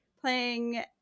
playing